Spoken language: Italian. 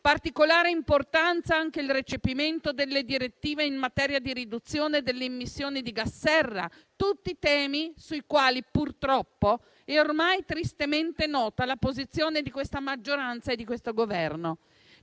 Particolare importanza ha anche il recepimento delle direttive in materia di riduzione delle emissioni di gas serra. Sono tutti temi sui quali purtroppo è ormai tristemente nota la posizione di questa maggioranza e di questo Governo.